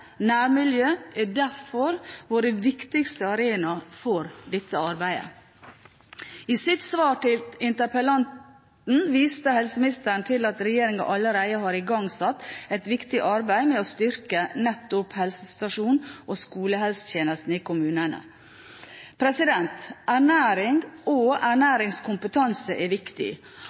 nærmiljø er derfor våre viktigste arenaer for dette arbeidet. I sitt svar til interpellanten viste helseministeren til at regjeringen allerede har igangsatt et viktig arbeid med å styrke nettopp helsestasjons- og skolehelsetjenesten i kommunene. Ernæring og